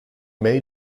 may